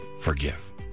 forgive